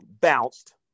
bounced